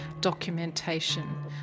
documentation